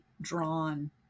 drawn